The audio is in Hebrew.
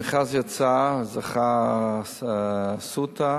המכרז יצא, זכתה "אסותא",